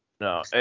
No